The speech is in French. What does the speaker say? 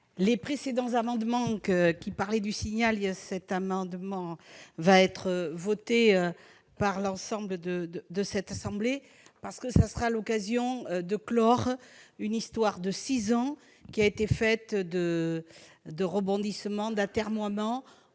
les précédents amendements concernant Le Signal, cet amendement sera voté par l'ensemble de cette assemblée. Cela sera l'occasion de clore une histoire de six ans, faite de rebondissements et d'atermoiements.